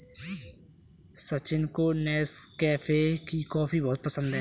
सचिन को नेस्कैफे की कॉफी बहुत पसंद है